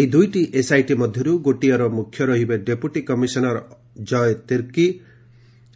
ଏହି ଦୁଇଟି ଏସ୍ଆଇଟି ମଧ୍ୟରୁ ଗୋଟିଏର ମୁଖ୍ୟ ରହିବେ ଡେପୁଟି କମିଶନର ଜୟ ତୀର୍କି